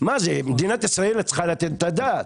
מדינת ישראל צריכה לתת את הדעת.